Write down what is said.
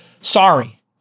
Sorry